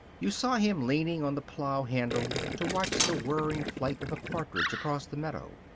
you saw him leaning on the plow handle to watch the whirring flight of a partridge across the meadow.